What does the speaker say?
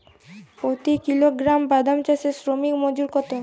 প্রতি কিলোগ্রাম বাদাম চাষে শ্রমিক মজুরি কত?